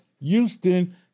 Houston